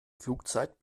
flugzeit